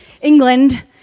England